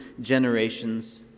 generations